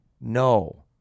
no